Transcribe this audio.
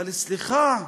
אבל סליחה,